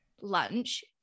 lunch